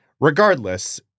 Regardless